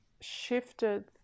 shifted